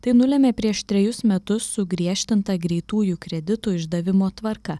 tai nulemia prieš trejus metus sugriežtinta greitųjų kreditų išdavimo tvarka